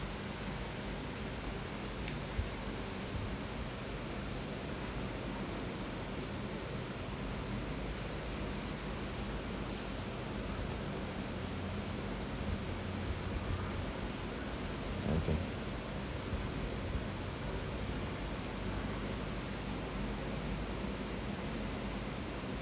okay